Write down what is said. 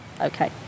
Okay